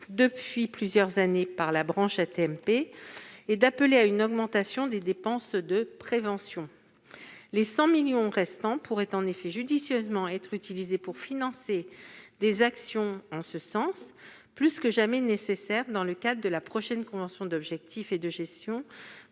depuis plusieurs années par la branche AT-MP et d'appeler à une augmentation des dépenses de prévention. En effet, les 100 millions d'euros restants pourraient judicieusement être utilisés pour financer des actions en ce sens, actions plus que jamais nécessaires dans le cadre de la prochaine convention d'objectifs et de gestion